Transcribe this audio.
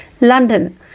London